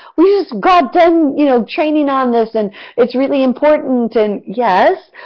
we just got done you know training on this and it's really important, and yes,